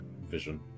vision